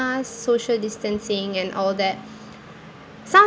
social distancing and all that some